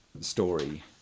story